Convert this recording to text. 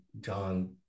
John